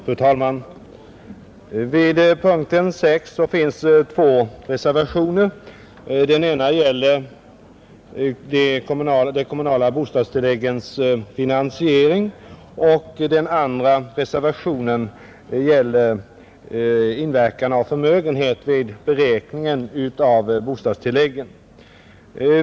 Fru talman! Vid denna punkt har avgivits två reservationer. Den ena gäller de kommunala bostadstilläggens finansiering och den andra inverkan av förmögenhet vid beräkningen av bostadstilläggen.